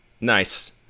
Nice